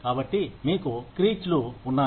కాబట్టి మీకు క్రీచ్లు ఉన్నాయి